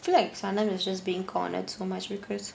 feel like sanam is just being cornered so much because